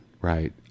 right